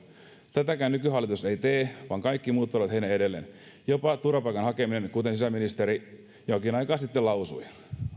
tätäkään nykyhallitus ei tee vaan kaikki muut tulevat heidän edelleen jopa turvapaikan hakeminen kuten sisäministeri jokin aika sitten lausui